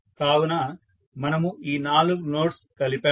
కావున మనము ఈ నాలుగు నోడ్స్ కలిపాము